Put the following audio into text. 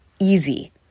easy